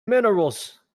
minerals